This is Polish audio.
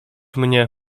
mnie